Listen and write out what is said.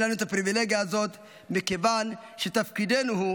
אין לנו את הפריבילגיה הזאת מכיוון שתפקידנו הוא